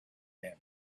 him